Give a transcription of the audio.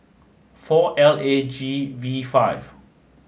four L A G V five